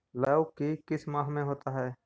लव की किस माह में होता है?